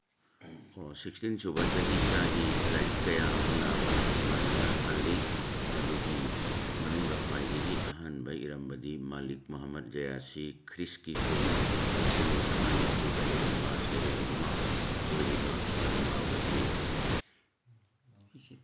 sixteen ꯁꯨꯕ ꯆꯍꯤ ꯆꯥꯒꯤ ꯂꯥꯏꯔꯤꯛ ꯀꯌꯥ ꯑꯃꯅ ꯃꯍꯥꯛꯀꯤ ꯃꯔꯝꯗ ꯄꯜꯂꯤ ꯃꯗꯨꯒꯤ ꯃꯅꯨꯡꯗ ꯈ꯭ꯋꯥꯏꯗꯒꯤ ꯑꯍꯥꯟꯕ ꯏꯔꯝꯕꯗꯤ ꯃꯥꯂꯤꯛ ꯃꯍꯃꯠ ꯖꯌꯥꯁꯤ ꯈ꯭ꯔꯤꯁꯀꯤ ꯀꯨꯝ ꯂꯤꯁꯤꯡ ꯑꯃ ꯆꯥꯝꯃꯉꯥ ꯅꯤꯐꯨꯗ ꯏꯔꯝꯕ ꯁꯩꯔꯦꯡ ꯑꯃ ꯑꯣꯏꯔꯤꯕ ꯄꯗꯃꯥꯚꯠꯅꯤ